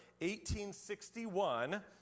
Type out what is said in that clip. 1861